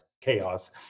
chaos